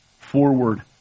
forward